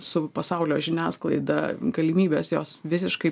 su pasaulio žiniasklaida galimybės jos visiškai